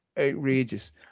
outrageous